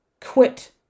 Quit